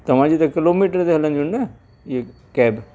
तव्हांजी त किलोमीटर ते हलंदियूं आहिनि न इहे कैब